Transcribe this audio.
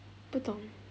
不懂